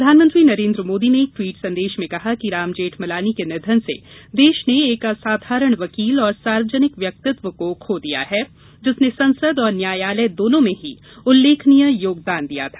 प्रधानमंत्री नरेन्द्र मोदी ने एक ट्वीट संदेश में कहा कि राम जेठमलानी के निधन से देश ने एक असाधारण वकील और सार्वजनिक व्यक्तित्व को खो दिया है जिसने संसद और न्यायालय दोनों में ही उल्लेखनीय योगदान दिया था